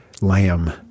lamb